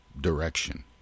direction